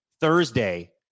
thursday